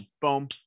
boom